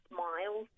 Smile